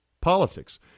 politics